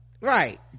Right